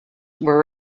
were